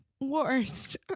worst